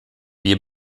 wir